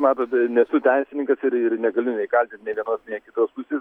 matot nesu teisininkas ir ir negaliu kaltint nei vienos kitos pusės